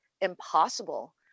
impossible